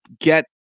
get